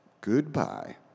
Goodbye